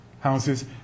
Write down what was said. houses